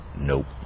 nope